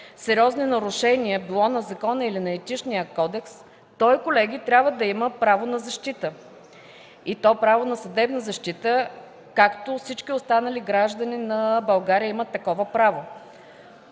сериозни нарушения било на закона, било на Етичния кодекс, колеги, той трябва да има право на защита, и то право на съдебна защита, както всички останали граждани на България имат такова право